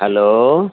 hello